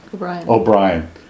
O'Brien